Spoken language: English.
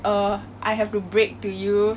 err I have to break to you